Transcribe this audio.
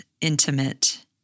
intimate